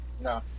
No